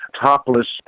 topless